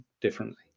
differently